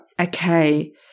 okay